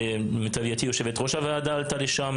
למיטב ידיעתי יושבת ראש הוועדה עלתה לשם